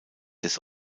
des